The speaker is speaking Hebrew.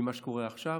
ממה שקורה עכשיו,